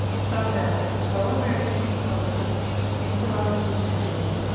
so howe, pro-american in politics and temporizer in the field,